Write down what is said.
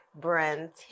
Brent